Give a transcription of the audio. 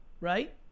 right